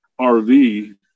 RV